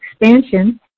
expansion